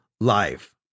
life